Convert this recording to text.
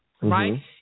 right